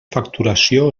facturació